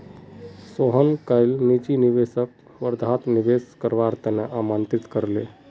सोहन कईल निजी निवेशकक वर्धात निवेश करवार त न आमंत्रित कर ले